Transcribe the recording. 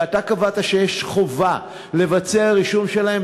ואתה קבעת שיש חובה לבצע רישום שלהם,